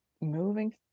moving